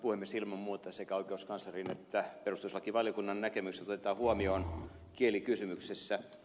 ilman muuta sekä oikeuskanslerin että perustuslakivaliokunnan näkemykset otetaan huomioon kielikysymyksessä